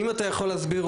אם אתה יכול להסביר,